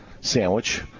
sandwich